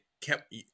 kept